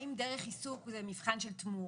האם זה דרך עיסוק זה מבחן של תמורה,